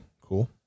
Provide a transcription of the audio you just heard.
cool